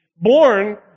born